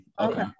Okay